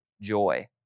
joy